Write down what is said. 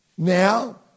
Now